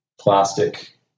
plastic